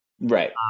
Right